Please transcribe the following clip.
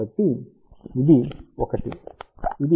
కాబట్టి ఇది 1 ఇది 0